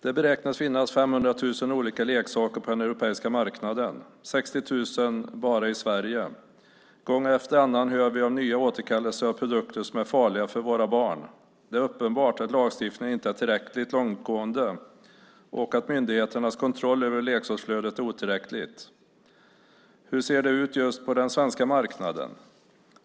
Det beräknas finnas 500 000 olika leksaker på den europeiska marknaden, 60 000 bara i Sverige. Gång efter annan hör vi om återkallelser av produkter som är farliga för våra barn. Det är uppenbart att lagstiftningen inte är tillräckligt långtgående och att myndigheternas kontroll över leksaksflödet är otillräcklig. Hur ser det ut just nu på den svenska marknaden?